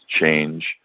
change